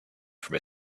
from